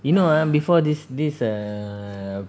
you know ah before this this err